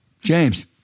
James